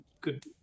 good